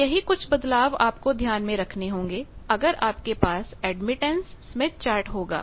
तो यही कुछ बदलाव आप को ध्यान में रखने होंगे अगर आपके पास एडमिटेंस स्मिथ चार्ट होगा